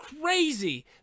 crazy